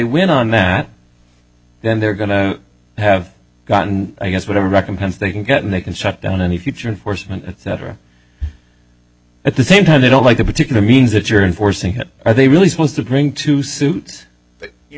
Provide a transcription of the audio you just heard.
win on that then they're going to have gotten i guess whatever recompense they can get and they can shut down any future force and cetera at the same time they don't like the particular means that you're in forcing are they really supposed to bring two suit